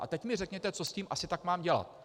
A teď mi řekněte, co s tím asi tak mám dělat?